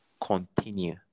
continue